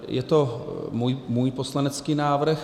Je to můj poslanecký návrh.